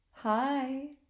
Hi